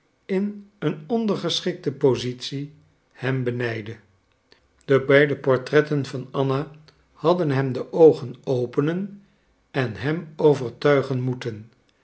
in een ondergeschikten positie hem benijdde de beide portretten van anna hadden hem de oogen openen en hem overtuigen moeten